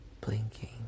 blinking